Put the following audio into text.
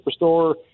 Superstore